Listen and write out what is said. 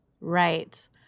Right